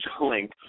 link